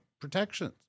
protections